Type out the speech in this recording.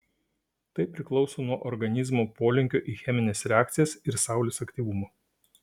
tai priklauso nuo organizmo polinkio į chemines reakcijas ir saulės aktyvumo